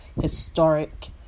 historic